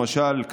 למשל,